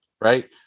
Right